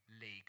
league